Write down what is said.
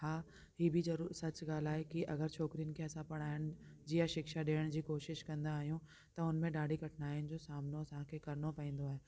हा इहा बि सच ॻाल्हि आहे की अगरि छोकरियुनि खे असां पढ़ाइण जी या शिक्षा ॾियण जी कोशिशि कंदा आहियूं त उनमें ॾाढी कठिनाइनि जो सामनो असांखे करणो पवंदो आहे